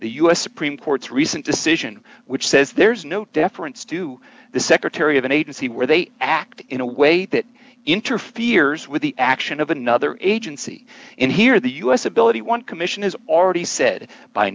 the u s supreme court's recent decision which says there's no deference to the secretary of an agency where they act in a way that interferes with the action of another agency and here the u s ability one commission has already said by